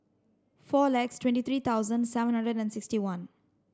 four lakhs twenty three thousand seven hundred and sixty one